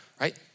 right